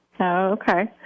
Okay